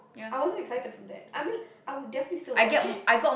I wasn't excited for that I mean I would definitely still watch it